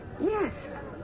Yes